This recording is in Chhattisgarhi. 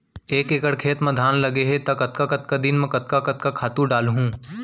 एक एकड़ खेत म धान लगे हे कतका कतका दिन म कतका कतका खातू डालहुँ?